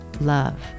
Love